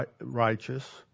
righteous